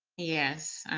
yes,